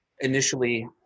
initially